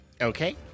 Okay